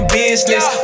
business